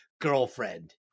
girlfriend